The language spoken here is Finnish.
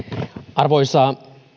arvoisa